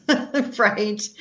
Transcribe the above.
right